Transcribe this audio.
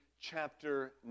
chapter